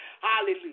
Hallelujah